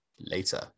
Later